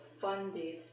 funded